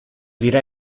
dira